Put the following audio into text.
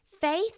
Faith